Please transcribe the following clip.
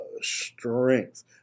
strength